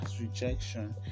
rejection